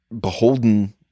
beholden